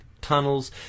Tunnels